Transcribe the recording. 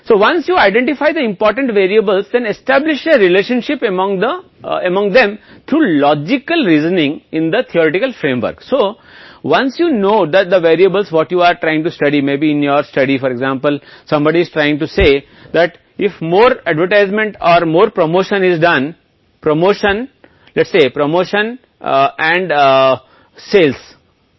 इसलिए एक बार जब आप महत्वपूर्ण चरों की पहचान कर लेते हैं तो उनके बीच संबंध स्थापित करते हैं सैद्धान्तिक ढांचे में तार्किक तर्क तो एक बार पता चल जाता है कि चर क्या हैं उदाहरण के लिए अध्ययन करने की कोशिश कर कोई व्यक्ति यह कहना चाह रहा है कि यदि अधिक विज्ञापन या अधिक प्रमोशन किया जाता है हम कहते हैं कि प्रमोशन और बिक्री संबंधित हैं